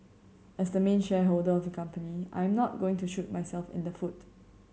as the main shareholder of the company I am not going to shoot myself in the foot